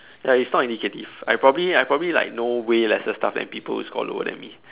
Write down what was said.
ya it's not indicative I probably I probably like know way lesser stuff than people who score lower than me